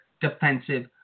defensive